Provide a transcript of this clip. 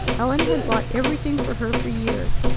ellen had bought everything for her for years,